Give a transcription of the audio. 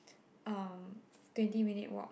um twenty minute walk